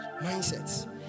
Mindsets